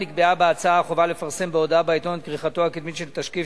נקבעה בהצעה החובה לפרסם בהודעה בעיתון את כריכתו הקדמית של תשקיף,